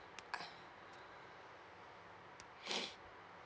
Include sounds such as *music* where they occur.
*breath*